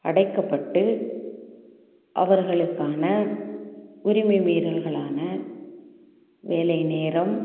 அடைக்கப்பட்டு அவர்களுக்கான உரிமைமீறல்கள்லான வேலை நேரம்